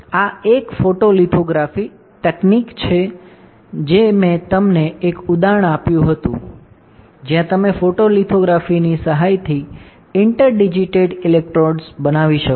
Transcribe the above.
આ એક ફોટોલિથોગ્રાફી તકનીક છે જે મેં તમને એક ઉદાહરણ આપ્યું હતું જ્યાં તમે ફોટોલિથોગ્રાફીની સહાયથી ઇન્ટરડિજિટેટેડ ઇલેક્ટ્રોડ્સ બનાવી શકો છો